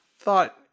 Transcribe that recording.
thought